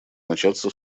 начаться